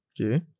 Okay